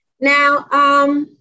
Now